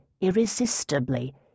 irresistibly